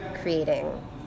creating